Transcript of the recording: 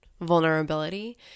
vulnerability